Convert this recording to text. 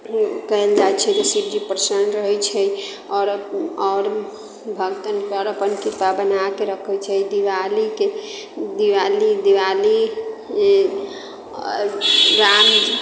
कयल जाइत छै तऽ शिवजी प्रसन्न रहैत छै आओर आओर भक्तनपर अपन कृपा बना कऽ रखैत छै दिवालीके दिवाली दिवाली आओर राम